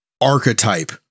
archetype